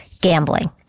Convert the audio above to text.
gambling